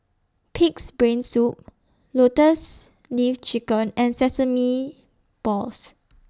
Pig'S Brain Soup Lotus Leaf Chicken and Sesame Balls